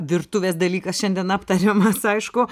virtuvės dalykas šiandien aptariamas aišku